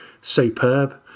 superb